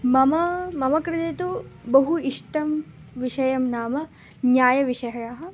मम मम कृते तु बहु इष्टः विषयः नाम न्यायविषयः